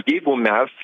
jeigu mes